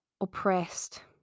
oppressed